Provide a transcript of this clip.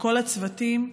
לכל הצוותים.